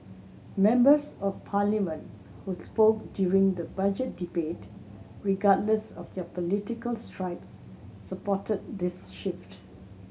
members of Parliament who spoke during the Budget debate regardless of their political stripes supported this shift